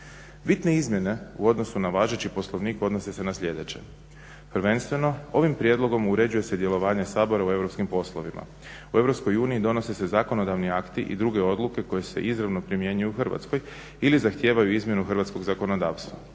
Bitne izmjene u odnosu na važeći poslovnik odnose se na sljedeće, prvenstveno ovim prijedlogom uređuju se djelovanje Sabora u europskim poslovima. U EU donose se zakonodavni akti i druge odluke koje se izravno primjenjuju u Hrvatskoj ili zahtijevaju izmjenu hrvatskog zakonodavstva.